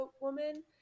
woman